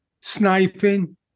sniping